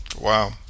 wow